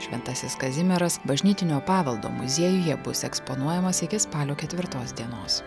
šventasis kazimieras bažnytinio paveldo muziejuje bus eksponuojamas iki spalio ketvirtos dienos